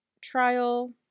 trial